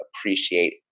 appreciate